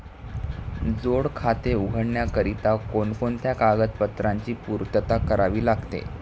जोड खाते उघडण्याकरिता कोणकोणत्या कागदपत्रांची पूर्तता करावी लागते?